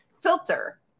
filter